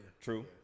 True